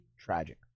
tragic